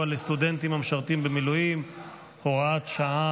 לסטודנטים המשרתים במילואים (הוראת שעה,